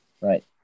right